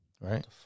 Right